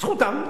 זכותם.